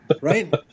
Right